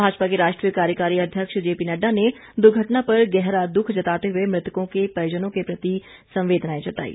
भाजपा के राष्ट्रीय कार्यकारी अध्यक्ष जेपीनड्डा ने दुर्घटना पर गहरा दुख जताते हुए मृतकों के परिजनों से संवेदनाएं व्यक्त की हैं